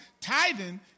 tithing